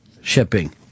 shipping